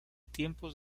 tiempos